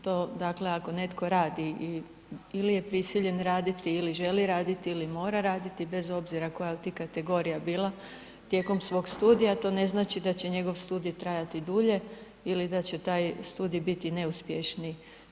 To dakle ako netko radi ili je prisiljen raditi ili želi raditi ili mora raditi, bez obzira koja od tih kategorija bila, tijekom svog studija to ne znači da će njegov studij trajati dulje ili da će taj studij biti neuspješniji.